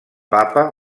papa